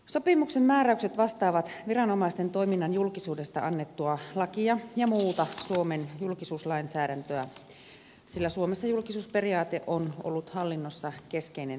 sopimuksen määräykset vastaavat viranomaisten toiminnan julkisuudesta annettua lakia ja muuta suomen julkisuuslainsäädäntöä sillä suomessa julkisuusperiaate on ollut hallinnossa keskeinen periaate